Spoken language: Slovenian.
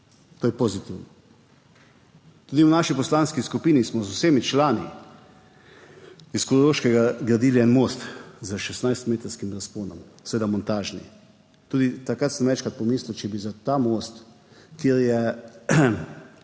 to je pozitivno. Tudi v naši poslanski skupini smo z vsemi člani iz Koroškega gradili en most s 16-metrskim razponom seveda montažni. Tudi takrat sem večkrat pomislil, če bi za ta most, kjer je